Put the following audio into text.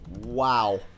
Wow